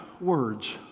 words